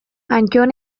antton